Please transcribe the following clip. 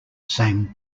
same